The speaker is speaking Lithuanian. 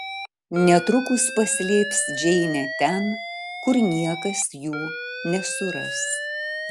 netrukus paslėps džeinę ten kur niekas jų nesuras